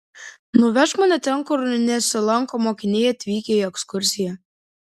nuvežk mane ten kur nesilanko mokiniai atvykę į ekskursiją